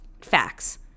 facts